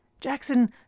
Jackson